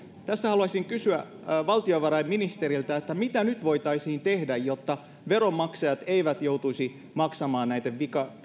haluaisin kysyä valtiovarainministeriltä mitä nyt voitaisiin tehdä jotta veronmaksajat eivät joutuisi maksamaan näitten